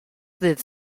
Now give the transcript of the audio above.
ddydd